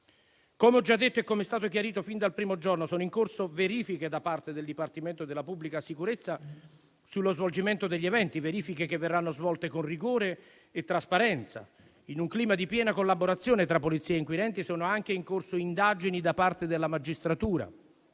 Come ho già detto e come è stato chiarito fin dal primo giorno, sono in corso verifiche da parte del Dipartimento della pubblica sicurezza sullo svolgimento degli eventi, verifiche che verranno svolte con rigore e trasparenza. In un clima di piena collaborazione tra Polizia e inquirenti sono anche in corso indagini da parte della magistratura,